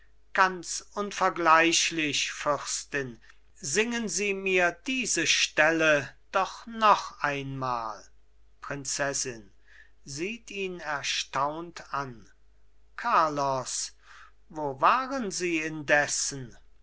ganz unvergleichlich fürstin singen sie mir diese stelle doch noch einmal prinzessin sieht ihn erstaunt an carlos wo waren sie indessen